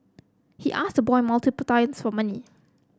he asked the boy multiple times for money